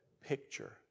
picture